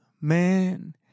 man